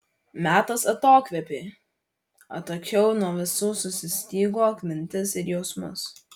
metas atokvėpiui atokiau nuo visų susistyguok mintis ir jausmus